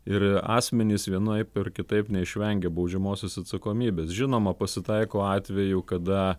ir asmenys vienaip ar kitaip neišvengia baudžiamosios atsakomybės žinoma pasitaiko atvejų kada